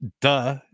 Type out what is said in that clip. duh